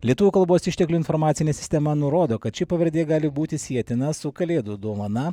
lietuvių kalbos išteklių informacinė sistema nurodo kad ši pavardė gali būti sietina su kalėdų dovana